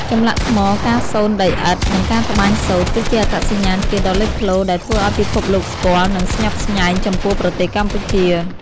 ចម្លាក់ថ្ម ការសូនដីឥដ្ឋ និងការត្បាញសូត្រ គឺជាអត្តសញ្ញាណជាតិដ៏លេចធ្លោ ដែលធ្វើឱ្យពិភពលោកស្គាល់ និងស្ញប់ស្ញែងចំពោះប្រទេសកម្ពុជា។